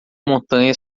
montanhas